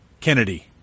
Kennedy